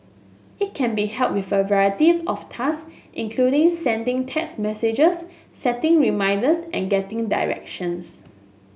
it can be help with a variety of task including sending text messages setting reminders and getting directions